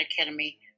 academy